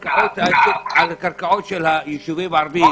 על הקרקעות של הישובים הערביים,